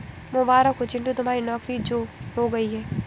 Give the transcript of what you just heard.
मुबारक हो चिंटू तुम्हारी नौकरी जो हो गई है